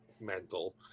mental